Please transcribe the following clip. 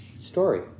story